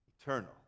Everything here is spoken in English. eternal